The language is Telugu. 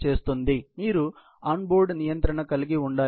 మీరు ఆన్ బోర్డు నియంత్రణ కలిగి ఉండాలి